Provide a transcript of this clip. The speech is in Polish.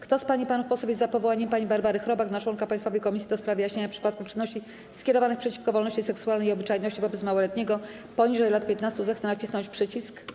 Kto z pań i panów posłów jest za powołaniem pani Barbary Chrobak na członka Państwowej Komisji do spraw wyjaśniania przypadków czynności skierowanych przeciwko wolności seksualnej i obyczajności wobec małoletniego poniżej lat 15, zechce nacisnąć przycisk.